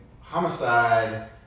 homicide